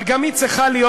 אבל גם היא צריכה להיות,